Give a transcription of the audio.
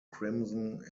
crimson